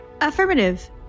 Affirmative